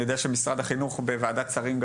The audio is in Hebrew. אני יודע שמשרד החינוך בוועדת שרים גם